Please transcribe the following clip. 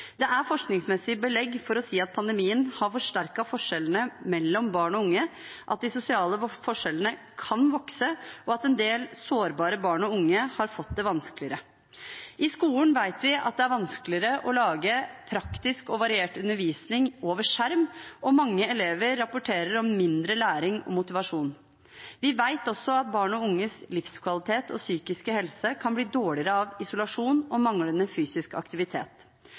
Det er forskningsmessig belegg for å si at pandemien har forsterket forskjellene mellom barn og unge, at de sosiale forskjellene kan vokse, og at en del sårbare barn og unge har fått det vanskeligere. I skolen vet vi at det er vanskeligere å lage praktisk og variert undervisning over skjerm, og mange elever rapporterer om mindre læring og motivasjon. Vi vet også at barn og unges livskvalitet og psykiske helse kan bli dårligere av isolasjon og manglende fysisk aktivitet.